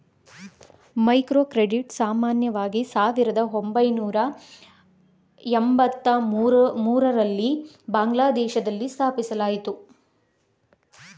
microcredit ಸಾಮಾನ್ಯವಾಗಿ ಸಾವಿರದ ಒಂಬೈನೂರ ಎಂಬತ್ತಮೂರು ರಲ್ಲಿ ಬಾಂಗ್ಲಾದೇಶದಲ್ಲಿ ಸ್ಥಾಪಿಸಲಾಯಿತು